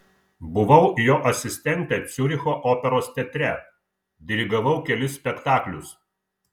buvau jo asistentė ciuricho operos teatre dirigavau kelis spektaklius